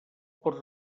pot